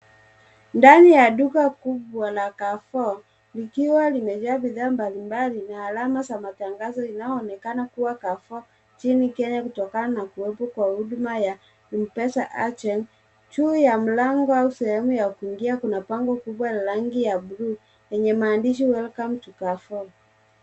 Ndani ya duka kubwa la Carrefour likiwa limejaa bidhaa mbalimbali na alama za matangazo linaloonekana kuwa Carrefour nchini Kenya kutokana na kuwepo kwa huduma ya Mpesa agent . Juu ya mlango au sehemu ya kuingia kuna bango kubwa la rangi ya bluu yenye maandishi welcome to Carrefour .